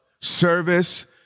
service